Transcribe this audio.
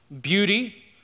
beauty